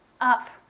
up